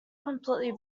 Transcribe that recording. completely